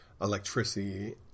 electricity